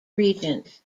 regent